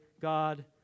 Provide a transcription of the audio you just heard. God